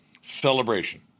celebration